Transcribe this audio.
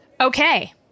Okay